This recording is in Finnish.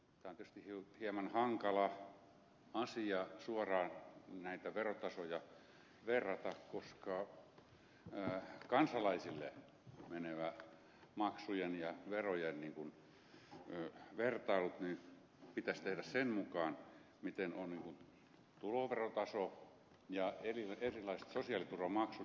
on tietysti hieman hankala asia suoraan näitä verotasoja verrata koska kansalaisille menevä maksujen ja verojen vertailu pitäisi tehdä sen mukaan minkä verran ovat tuloverotaso ja erilaiset sosiaaliturvamaksut yhteensä